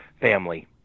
family